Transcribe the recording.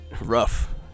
Rough